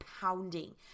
pounding